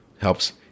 helps